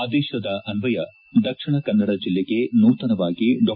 ಆದೇಶದ ಅನ್ವಯ ದಕ್ಷಿಣಕನ್ನಡ ಜಿಲ್ಲೆಗೆ ನೂತನವಾಗಿ ಡಾ